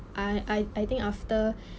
I I I think after